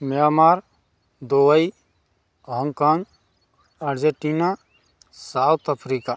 Myanmar Dubai Hong Kong Argentina South Africa